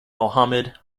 mohammad